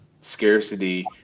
scarcity